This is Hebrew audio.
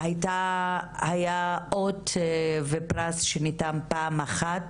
היה אות ופרס שניתן פעם אחת